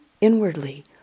inwardly